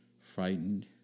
frightened